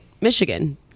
Michigan